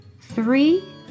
three